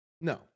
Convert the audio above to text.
No